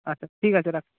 আচ্ছা ঠিক আছে রাখ